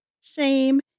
shame